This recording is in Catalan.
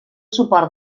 suport